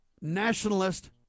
nationalist